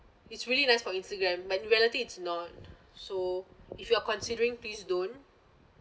it's really nice for instagram but in reality it's not so if you are considering please don't